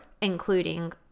including